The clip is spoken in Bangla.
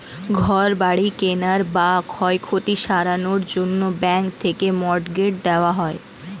ঘর বাড়ি কেনার বা ক্ষয়ক্ষতি সারানোর জন্যে ব্যাঙ্ক থেকে মর্টগেজ দেওয়া হয়